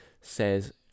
says